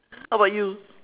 how about you